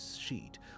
sheet